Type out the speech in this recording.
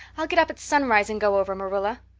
i'll get up at sunrise and go over, marilla.